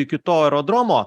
iki to aerodromo